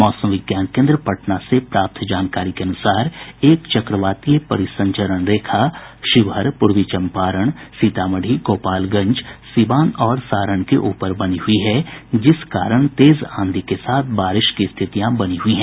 मौसम विज्ञान केन्द्र पटना से प्राप्त जानकारी के अनुसार एक चक्रवातीय परिसंचरण रेखा शिवहर पूर्वी चम्पारण सीतामढ़ी गोपालगंज सीवान और सारण के ऊपर बनी है जिस कारण तेज आंधी के साथ बारिश की स्थितियां बनी हुई हैं